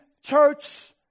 Church